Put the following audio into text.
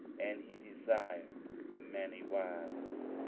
and he desired many wives.